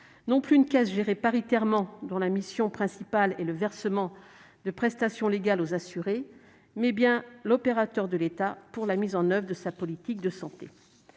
non plus une caisse gérée paritairement et dont la mission principale est le versement de prestations légales aux assurés, mais bien un opérateur de l'État pour la mise en oeuvre de sa politique de santé.